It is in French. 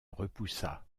repoussa